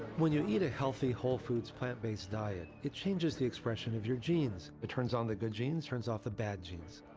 when you eat a healthy, whole foods, plant-based diet, it changes the expression of your genes. it turns on the good genes, turns off the bad genes.